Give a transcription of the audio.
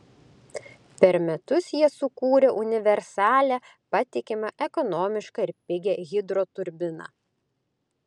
per metus jie sukūrė universalią patikimą ekonomišką ir pigią hidroturbiną